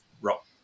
rock